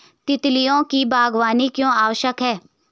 तितलियों की बागवानी क्यों आवश्यक है?